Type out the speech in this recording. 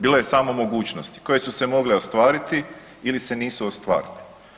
Bilo je samo mogućnosti koje su se mogle ostvariti ili se nisu ostvarile.